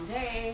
day